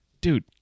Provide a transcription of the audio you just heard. Dude